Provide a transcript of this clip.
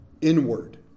inward